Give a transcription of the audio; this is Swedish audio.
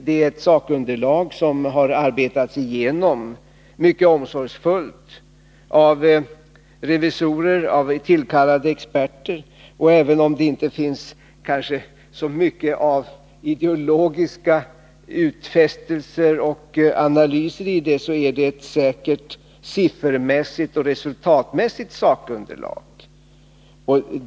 Det är ett sakunderlag som har arbetats igenom mycket omsorgsfullt av revisorer och tillkallade experter. Och även om det kanske inte finns så mycket av ideologiska utfästelser och analyser i det, så är det siffermässigt och resultatmässigt ett säkert sakunderlag.